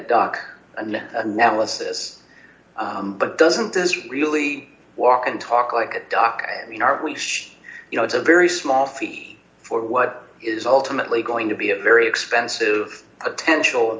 and analysis but doesn't this really walk and talk like a duck i mean aren't we you know it's a very small fee for what is ultimately going to be a very expensive potential